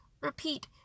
repeat